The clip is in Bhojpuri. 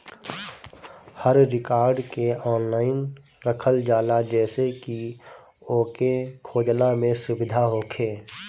हर रिकार्ड के ऑनलाइन रखल जाला जेसे की ओके खोजला में सुबिधा होखे